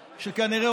ככה?